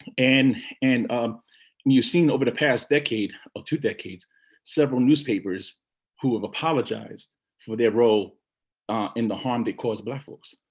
and and um and you've seen over the past decade or two decades several newspapers who have apologized for their role in the harm they caused black folks.